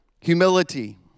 Humility